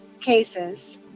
cases